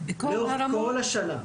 לאורך כל השנה,